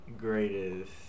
greatest